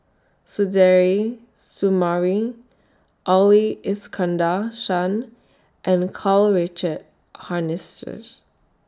Suzairhe Sumari Ali Iskandar Shah and Karl Richard Hanitsch